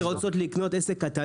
חברות גדולות שרוצות לקנות עסק קטן,